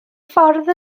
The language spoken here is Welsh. ffordd